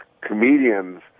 comedians